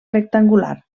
rectangular